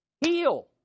heal